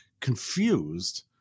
confused